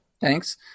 Thanks